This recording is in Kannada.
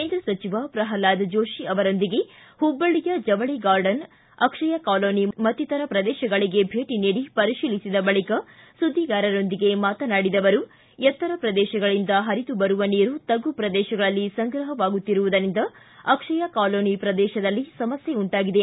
ಕೇಂದ್ರ ಸಚಿವ ಪ್ರಲ್ವಾದ ಜೋತಿ ಅವರೊಂದಿಗೆ ಪುಬ್ಬಳ್ಳಿಯ ಜವಳಿ ಗಾರ್ಡನ್ ಅಕ್ಷಯ ಕಾಲೋನಿ ಮತ್ತಿತರ ಪ್ರದೇಶಗಳಿಗೆ ಭೇಟಿ ನೀಡಿ ಪರಿಶೀಲಿಸಿದ ಬಳಿಕ ಸುದ್ದಿಗಾರರೊಂದಿಗೆ ಮಾತನಾಡಿದ ಅವರು ಎತ್ತರ ಪ್ರದೇಶಗಳಿಂದ ಪರಿದು ಬರುವ ನೀರು ತಗ್ಗು ಪ್ರದೇಶಗಳಲ್ಲಿ ಸಂಗ್ರಹವಾಗುತ್ತಿರುವುದರಿಂದ ಅಕ್ಷಯ ಕಾಲೋನಿ ಪ್ರದೇಶದಲ್ಲಿ ಸಮಸ್ತೆ ಉಂಟಾಗಿದೆ